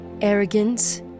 arrogance